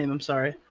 and i'm sorry.